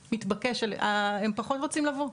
מתבקש, הם פחות רוצים לבוא.